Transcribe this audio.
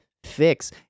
fix